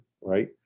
right